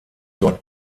dort